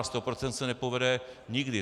Sto procent se nepovede nikdy.